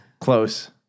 close